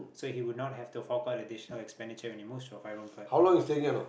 so he would not have to fork out additional expenditure when he moves to a five room flat